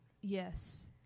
yes